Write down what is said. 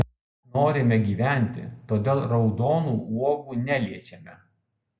mes norime gyventi todėl raudonų uogų neliečiame